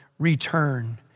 return